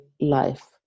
life